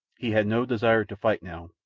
he had no desire to fight now,